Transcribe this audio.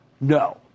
No